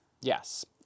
Yes